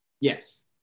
Yes